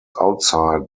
outside